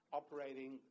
operating